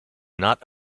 not